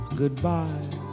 goodbye